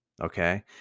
Okay